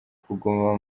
kuguma